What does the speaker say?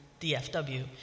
DFW